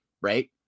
right